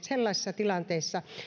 sellaisissa tilanteissa